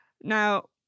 Now